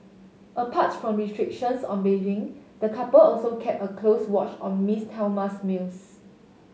aparts from restrictions on bathing the couple also kept a close watch on Miss Thelma's meals